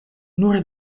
nur